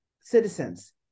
citizens